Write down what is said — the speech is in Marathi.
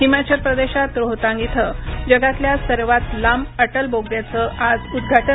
हिमाचल प्रदेशात रोहतांग इथं जगातल्या सर्वात लांब अटल बोगद्याचं आज उद्घाटन